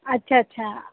अच्छा अच्छा